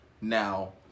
Now